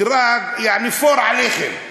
מדרג, יעני "פור" עליכם.